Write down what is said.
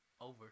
Over